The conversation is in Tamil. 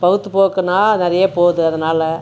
வயித்துப்போக்குனா நிறைய போகுது அதனால